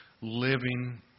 living